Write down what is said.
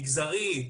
מגזרית,